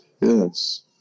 Yes